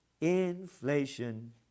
Inflation